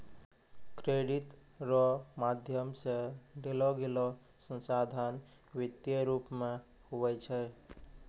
credit रो माध्यम से देलोगेलो संसाधन वित्तीय रूप मे हुवै छै